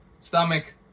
Stomach